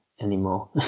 anymore